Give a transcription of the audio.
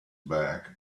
bag